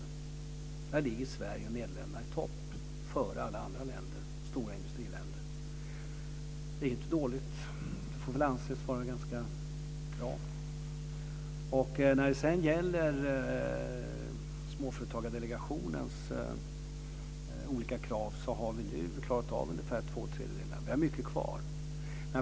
Där ligger Sverige och Nederländerna i topp före alla andra stora industriländer. Det är inte dåligt. Det får väl anses vara ganska bra. Vi har klarat av ungefär två tredjedelar av Småföretagsdelegationens olika krav. Vi har mycket kvar.